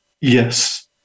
Yes